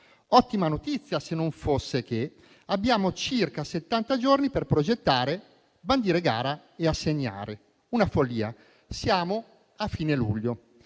Ottima notizia, se non fosse che abbiamo circa settanta giorni per progettare, bandire gara e assegnare. È una follia, siamo a fine luglio.